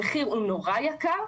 המחיר הוא נורא יקר,